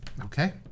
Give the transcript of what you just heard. Okay